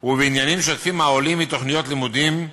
ובעניינים שוטפים העולים מתוכניות לימודים,